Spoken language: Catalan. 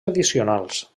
addicionals